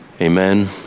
Amen